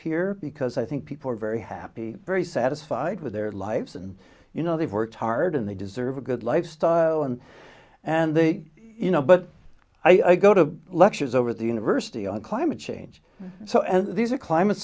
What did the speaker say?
here because i think people are very happy very satisfied with their lives and you know they've worked hard and they deserve a good lifestyle and and they you know but i go to lectures over the university on climate change so and these are climate